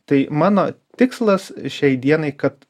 tai mano tikslas šiai dienai kad